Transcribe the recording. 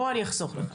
בוא, אני אחסוך לך.